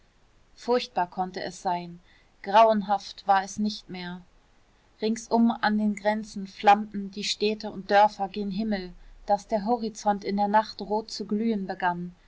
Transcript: furchtbar konnte es sein grauenhaft war es nicht mehr ringsum an den grenzen flammten die städte und dörfer gen himmel daß der horizont in der nacht rot zu glühen begann